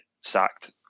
sacked